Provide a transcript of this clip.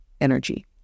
energy